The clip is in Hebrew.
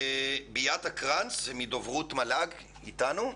ביאטה קרנץ מהדוברות של מל"ג איתנו?